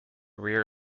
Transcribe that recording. rear